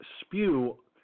spew